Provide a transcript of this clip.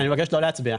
אני מבקש לא להצביע.